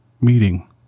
meeting